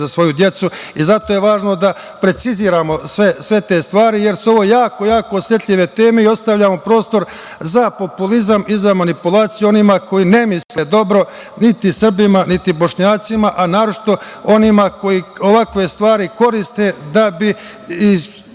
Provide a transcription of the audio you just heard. i svoju decu. Zato je važno da preciziramo sve te stvari jer su ovo jako osetljive teme i ostavljamo prostor za populizam i za manipulaciju onih koji ne misle dobro niti Srbima, niti Bošnjacima, a naročito onima koji ovakve stvari koriste da bi